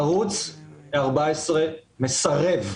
ערוץ 14 מסרב,